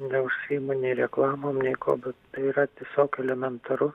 neužsiimu nei reklamom nei kuo be tai yra tiesiog elementaru